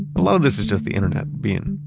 a lot of this is just the internet being,